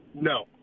No